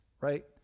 right